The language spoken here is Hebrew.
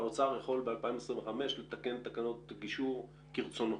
האוצר יכול ב-2025 לתקן תקנות גישור כרצונו.